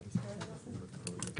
הישיבה ננעלה בשעה 12:00.